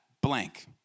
blank